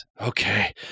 Okay